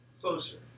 closer